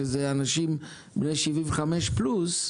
לאנשים בני 75 ומעלה,